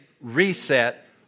reset